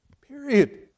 Period